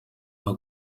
nta